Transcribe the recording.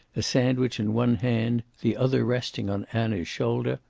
a sandwich in one hand, the other resting on anna's shoulder,